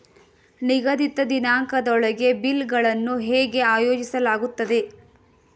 ನಿಗದಿತ ದಿನಾಂಕದೊಳಗೆ ಬಿಲ್ ಗಳನ್ನು ಹೇಗೆ ಆಯೋಜಿಸಲಾಗುತ್ತದೆ?